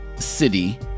city